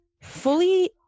fully